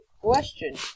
question